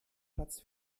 platz